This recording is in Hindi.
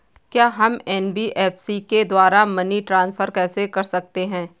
क्या हम एन.बी.एफ.सी के द्वारा मनी ट्रांसफर कर सकते हैं?